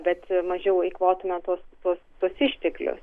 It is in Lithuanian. bet mažiau eikvotume tuos tuos tuos išteklius